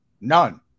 None